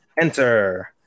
Enter